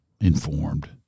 informed